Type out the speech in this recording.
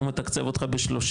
הוא מתקצב אותך ב-30,